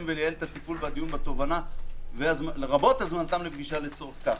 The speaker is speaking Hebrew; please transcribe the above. ולייעל את הטיפול והדיון בתובנה לרבות הזמנתם לפגישה לצורך כך.